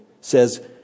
says